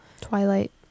Twilight